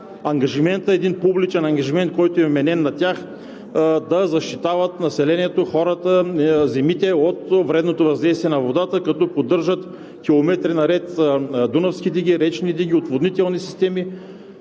един публичен ангажимент, който им е вменен – да защитават населението и земите от вредното въздействие на водата, като поддържат километри наред дунавски диги, речни диги, отводнителни системи,